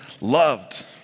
loved